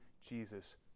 Jesus